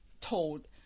told